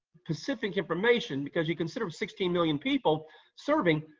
specific information because you consider sixteen million people serving,